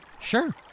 Sure